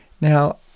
Now